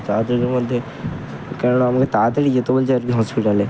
তাড়াতাড়ির মধ্যে কেননা আমাকে তাড়াতাড়ি যেতে বলছে আর কী হসপিটালে